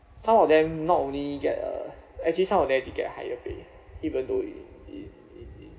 some of them not only get uh actually some of them actually get higher pay even though in in in in